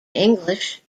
english